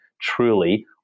truly